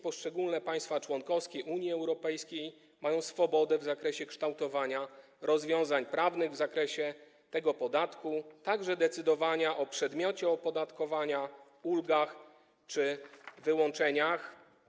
Poszczególne państwa członkowskie Unii Europejskiej mają swobodę w zakresie kształtowania rozwiązań prawnych w zakresie tego podatku, także decydowania o przedmiocie opodatkowania, ulgach czy wyłączeniach.